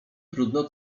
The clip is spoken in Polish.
trudno